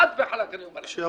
חד וחלק אני אומר לך את זה.